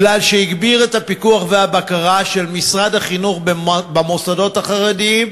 משום שהגביר את הפיקוח והבקרה של משרד החינוך במוסדות החרדיים,